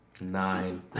nine